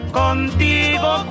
contigo